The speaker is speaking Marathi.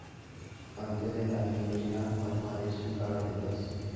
अंत्योदय धान्य योजना मधमा रेशन कार्ड देतस